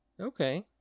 Okay